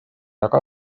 aga